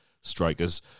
strikers